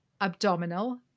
Abdominal